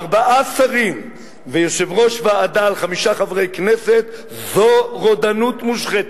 ארבעה שרים ויושב-ראש ועדה על חמישה חברי כנסת זו רודנות מושחתת.